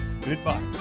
Goodbye